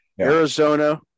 Arizona